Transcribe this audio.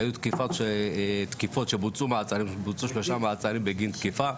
היו תקיפות ובוצעו שלושה מעצרים בגין תקיפה,